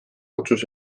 otsus